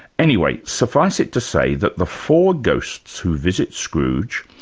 anyway, suffice it to say that the four ghosts who visit scrooge,